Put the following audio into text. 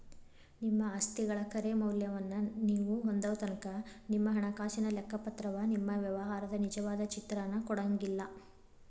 ನಿಮ್ಮ ಆಸ್ತಿಗಳ ಖರೆ ಮೌಲ್ಯವನ್ನ ನೇವು ಹೊಂದೊತನಕಾ ನಿಮ್ಮ ಹಣಕಾಸಿನ ಲೆಕ್ಕಪತ್ರವ ನಿಮ್ಮ ವ್ಯವಹಾರದ ನಿಜವಾದ ಚಿತ್ರಾನ ಕೊಡಂಗಿಲ್ಲಾ